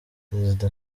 perezida